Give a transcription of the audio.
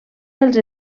dels